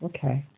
Okay